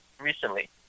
recently